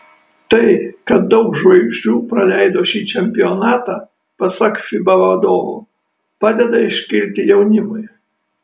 tai kad daug žvaigždžių praleido šį čempionatą pasak fiba vadovų padeda iškilti jaunimui